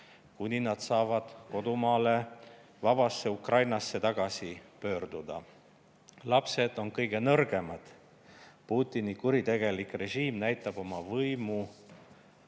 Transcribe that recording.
kuni nad saavad kodumaale, vabasse Ukrainasse tagasi pöörduda. Lapsed on kõige nõrgemad. Putini kuritegelik režiim näitab oma võimu